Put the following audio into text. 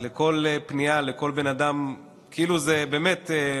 אם הם